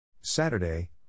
Saturday